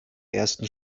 ersten